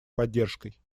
поддержкой